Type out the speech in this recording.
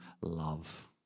love